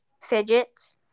Fidgets